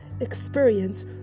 experience